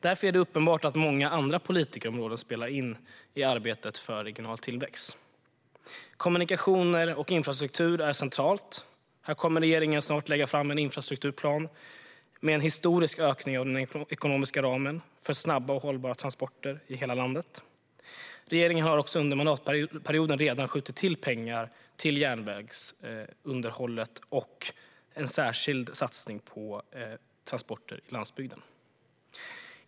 Därför är det uppenbart att många andra politikområden spelar in i arbetet för regional tillväxt. Kommunikationer och infrastruktur är centralt, och här kommer regeringen snart att lägga fram en infrastrukturplan med en historisk ökning av den ekonomiska ramen, för snabba och hållbara transporter i hela landet. Regeringen har också under mandatperioden redan skjutit till extra pengar till järnvägsunderhållet och gjort en särskild satsning på transporter på landsbygden.